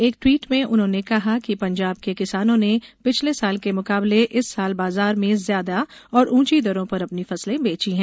एक ट्वीट में उन्होंने कहा कि पंजाब के किसानों ने पिछले साल के मुकाबले इस साल बाजार में ज्यादा और ऊंची दरों पर अपनी फसलें बेची हैं